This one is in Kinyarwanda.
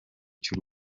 cy’u